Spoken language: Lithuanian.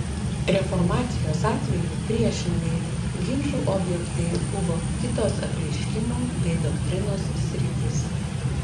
reformacijos atveju priešingai ginčų objektai buvo kitos apreiškimo bei doktrinos sritys